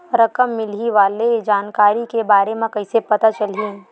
रकम मिलही वाले के जानकारी के बारे मा कइसे पता चलही?